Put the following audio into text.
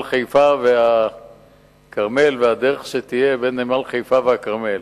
חיפה והכרמל והדרך שתהיה בין נמל חיפה לכרמל.